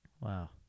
Wow